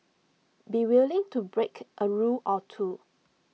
be willing to break A rule or two